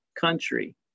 country